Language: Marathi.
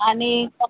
आणि